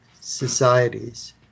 societies